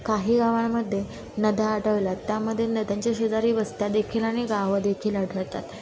काही गावामध्ये नद्या आढळल्यात त्यामध्ये नद्यांच्या शेजारी वस्त्यादेखील आणि गावं देखील आढळतात